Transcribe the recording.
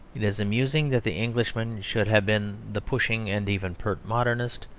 it is amusing that the englishman should have been the pushing and even pert modernist,